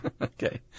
Okay